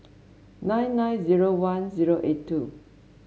nine nine zero one zero eight two